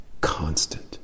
constant